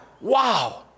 Wow